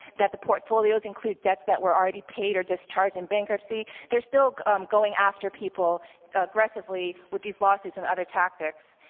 that the portfolios include debts that were already paid or discharged in bankruptcy, they are still going after people aggressively with these lawsuits and other tactics.